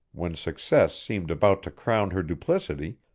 when success seemed about to crown her duplicity,